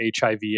HIV